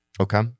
okay